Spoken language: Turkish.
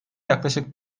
yaklaşık